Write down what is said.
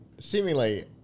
seemingly